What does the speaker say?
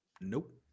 Nope